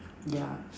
yeah